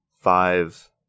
five